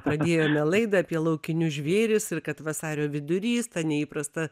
pradėjome laidą apie laukinius žvėris ir kad vasario vidurys ta neįprasta